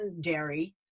dairy